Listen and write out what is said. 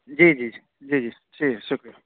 جی جی جی جی ٹھیک ہے شُکریہ